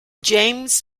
james